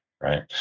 right